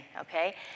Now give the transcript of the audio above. okay